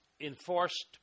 enforced